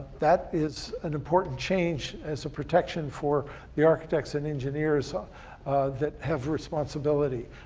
that is an important change, as a protection for the architects and engineers ah that have responsibility.